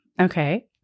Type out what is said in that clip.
okay